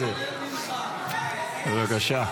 בעולם, בבקשה.